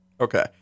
Okay